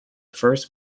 first